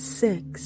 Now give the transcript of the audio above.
six